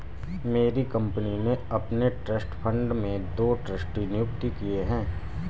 मेरी कंपनी ने अपने ट्रस्ट फण्ड में दो ट्रस्टी नियुक्त किये है